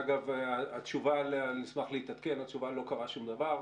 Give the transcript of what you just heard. אגב, נשמח להתעדכן התשובה היא לא קרה שום דבר.